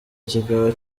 kikaba